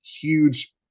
huge